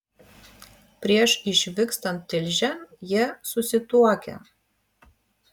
prieš išvykstant tilžėn jie susituokia